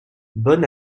bon